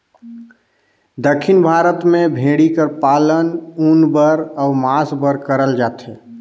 दक्खिन भारत में भेंड़ी कर पालन ऊन बर अउ मांस बर करल जाथे